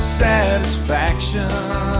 satisfaction